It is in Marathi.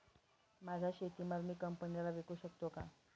माझा शेतीमाल मी कंपनीला विकू शकतो का?